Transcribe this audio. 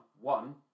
One